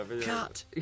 Cut